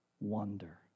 wonder